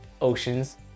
oceans